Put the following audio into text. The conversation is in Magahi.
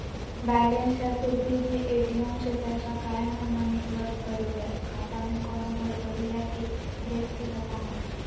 बायलेंस है फिर भी भी ए.टी.एम से पैसा काहे महिना निकलब करो है, खाता में कोनो गड़बड़ी है की देख के बताहों?